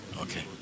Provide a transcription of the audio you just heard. Okay